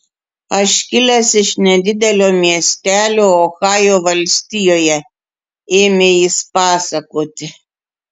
aš kilęs iš nedidelio miestelio ohajo valstijoje ėmė jis pasakoti